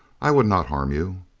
i would not harm you.